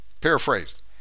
paraphrased